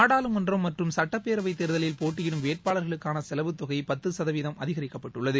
நாடாளுமன்றம் மற்றும் சுட்டப்பேரவை தேர்தலில் போட்டியிடும் வேட்பாளர்களுக்கான செலவத்தொகை பத்து சதவிகிதம் அதிகரிக்கப்பட்டுள்ளது